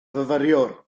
fyfyriwr